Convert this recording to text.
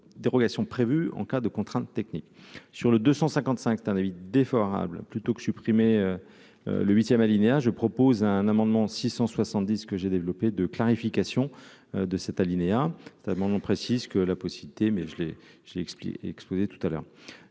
dérogations prévues en cas de contraintes techniques sur le 255 c'est un avis défavorable, plutôt que supprimer le 8ème alinéa je propose un amendement 670 ce que j'ai développé de clarification de cet alinéa cet amendement précise que la possibilité, mais je l'ai, je l'ai expliqué tout à l'heure